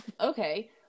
Okay